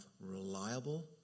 reliable